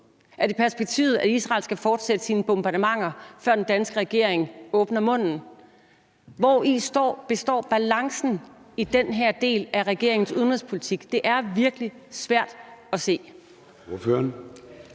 Er det perspektivet, at Israel skal fortsætte sine bombardementer, før den danske regering åbner munden? Hvori består balancen i den her del af regeringens udenrigspolitik? Det er virkelig svært at se.